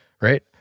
right